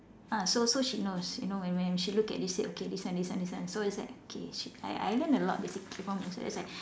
ah so so she knows you know when when she look at this said okay this one this one this one so it's like okay she I I learnt a lot basically from her so it's like